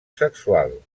sexual